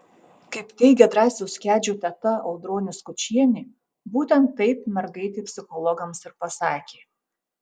kaip teigia drąsiaus kedžio teta audronė skučienė būtent taip mergaitė psichologams ir pasakė